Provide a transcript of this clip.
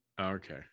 Okay